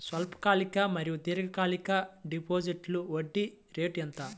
స్వల్పకాలిక మరియు దీర్ఘకాలిక డిపోజిట్స్లో వడ్డీ రేటు ఎంత?